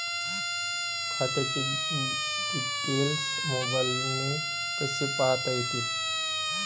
खात्याचे डिटेल्स मोबाईलने कसे पाहता येतील?